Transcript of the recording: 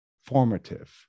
formative